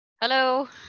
Hello